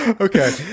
Okay